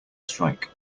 strike